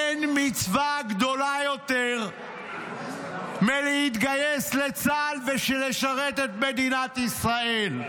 אין מצווה גדולה יותר מלהתגייס לצה"ל ולשרת את מדינת ישראל.